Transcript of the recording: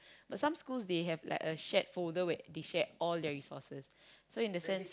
but some schools they have like a shared folder where they shared all their resources so in that sense